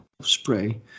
spray